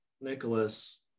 nicholas